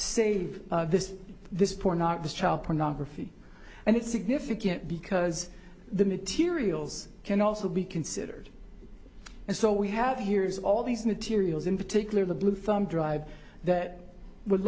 save this this pornography child pornography and it's significant because the materials can also be considered and so we have hears all these materials in particular the blue from dr that would